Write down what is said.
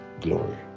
glory